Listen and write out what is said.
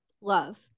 love